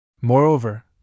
Moreover